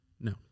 No